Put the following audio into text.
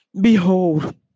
Behold